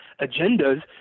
agendas